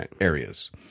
areas